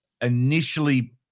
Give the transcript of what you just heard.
initially